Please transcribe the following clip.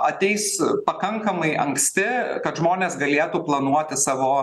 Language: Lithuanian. ateis pakankamai anksti kad žmonės galėtų planuoti savo